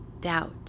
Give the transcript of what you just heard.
doubt